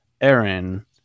Aaron